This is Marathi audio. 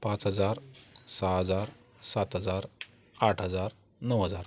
पाच हजार सहा हजार सात हजार आठ हजार नऊ हजार